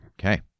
Okay